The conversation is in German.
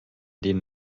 denen